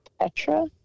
Petra